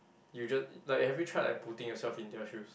you just uh like have you tried like putting yourself in their shoes